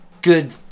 good